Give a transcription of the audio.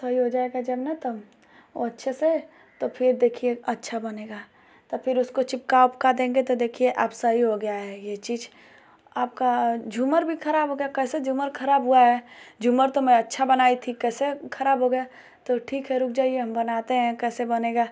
सही हो जाएगाा जब ना तब वह अच्छे से तब फिर देखिए अच्छा बनेगा तब फिर उसको चिपका उपका देंगे तो देखिए अब सही हो गई है यह चीज आपका झूमर भी खराब हो गया कैसे झूमर खराब हुआ है झूमर तो मैं अच्छा बनाई थी कैसे खराब हो गया तो ठीक है रुक जाइए हम बनाते हैं कैसे बनेगा